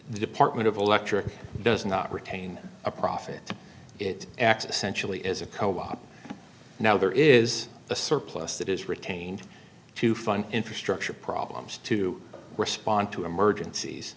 the department of electric does not retain a profit it acts essentially as a co op now there is a surplus that is retained to fund infrastructure problems to respond to emergencies